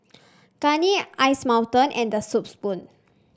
Garnier Ice Mountain and The Soup Spoon